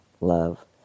love